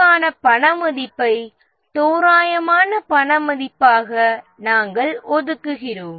சாத்தியமான சேதத்திற்கு தோராயமான பண மதிப்பை நாம் ஒதுக்குகிறோம்